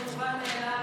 זה מובן מאליו.